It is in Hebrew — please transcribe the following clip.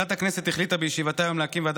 ועדת הכנסת החליטה בישיבתה היום להקים ועדה